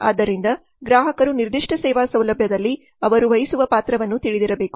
ಆದ್ದರಿಂದ ಗ್ರಾಹಕರು ನಿರ್ದಿಷ್ಟ ಸೇವಾ ಸೌಲಭ್ಯದಲ್ಲಿ ಅವರು ವಹಿಸುವ ಪಾತ್ರವನ್ನು ತಿಳಿದಿರಬೇಕು